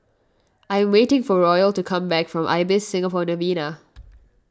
I am waiting for Royal to come back from Ibis Singapore Novena